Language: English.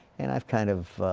and i've kind of